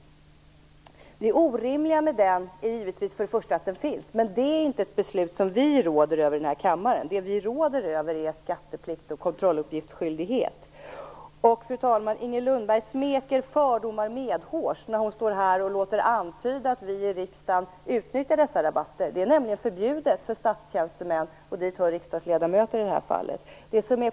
Det orimliga med den är givetvis att den finns. Men det är inte ett beslut som vi råder över. Det vi råder över är skatteplikt och kontrolluppgiftsskyldighet. Inger Lundberg smeker fördomar medhårs när hon låter antyda att vi i riksdagen utnyttjar dessa rabatter. Det är förbjudet för statstjänstemän och dit hör riksdagsledamöter i det här fallet.